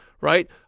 Right